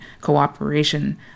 cooperation